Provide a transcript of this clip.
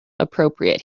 appropriate